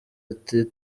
ati